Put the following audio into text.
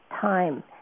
time